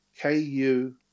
KU